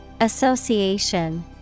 Association